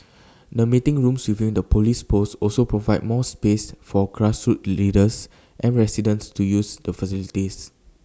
the meeting rooms within the Police post also provide more space for grassroots leaders and residents to use the facilities